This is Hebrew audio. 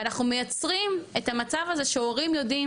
ואנחנו מייצרים את המצב הזה שהורים יודעים